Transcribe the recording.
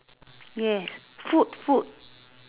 yes food food